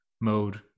mode